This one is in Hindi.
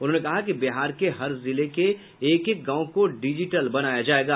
उन्होंने कहा कि बिहार के हर जिले के एक एक गांव को डीजिटल बनाया जायेगा